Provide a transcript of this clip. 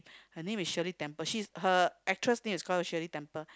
her name is shirley-temple she's her actress name is called Shirley temple